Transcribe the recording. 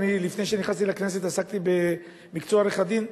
לפני שנכנסתי לכנסת עסקתי במקצוע עריכת-דין,